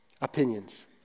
Opinions